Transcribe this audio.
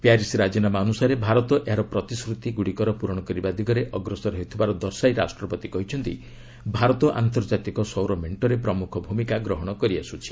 Paris ରାଜିନାମା ଅନୁସାରେ ଭାରତ ଏହାର ପ୍ରତିଶ୍ରତି ପ୍ରରଣ କରିବା ଦିଗରେ ଅଗ୍ରସର ହେଉଥିବାର ଦର୍ଶାଇ ରାଷ୍ଟ୍ରପତି କହିଛନ୍ତି ଭାରତ ଆନ୍ତର୍ଜାତିକ ସୌର ମେଣ୍ଟରେ ପ୍ରମୁଖ ଭୂମିକା ଗ୍ରହଣ କରିଆସୁଛି